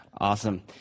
awesome